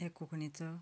हे कोंकणीचो